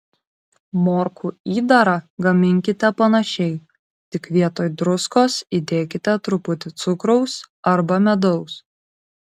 morkų įdarą gaminkite panašiai tik vietoj druskos įdėkite truputį cukraus arba medaus